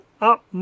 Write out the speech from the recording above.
up